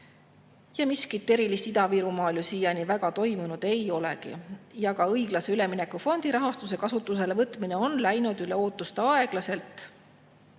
ja miskit erilist Ida-Virumaal siiani väga toimunud ei olegi. Ka õiglase ülemineku fondi rahastuse kasutusele võtmine on läinud üle ootuste aeglaselt